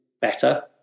better